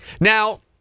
Now